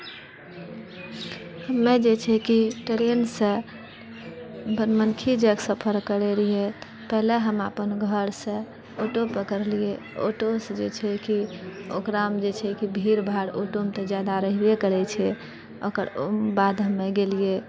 हमे जे छै की ट्रेनसँ वनमनखी जाइके सफर करय रहिऐ पहिले हम अपन घरसँ ऑटो पकड़लिऐ ऑटोसँ जे छै कि ओकरामे जे छै कि भीड़ भाड़ ऑटोमे तऽ जादा रहबै करए छै ओकर बाद हमे गेलिऐ